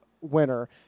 winner